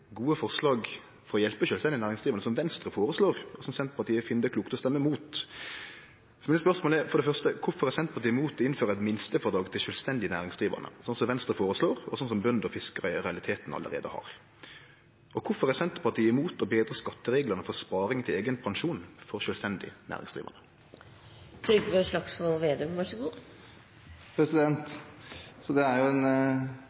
gode forslag for å hjelpe sjølvstendig næringsdrivande som Venstre føreslår, og som Senterpartiet finn det klokt å stemme imot. Så spørsmålet mitt er for det første: Kvifor er Senterpartiet imot å innføre eit minstefrådrag til sjølvstendig næringsdrivande, slik som Venstre føreslår, og som bønder og fiskarar i realiteten allereie har? For det andre: Kvifor er Senterpartiet imot å betre skattereglane for sparing til eigen pensjon for sjølvstendig næringsdrivande?